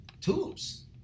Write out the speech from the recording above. tubes